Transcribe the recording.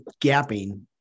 gapping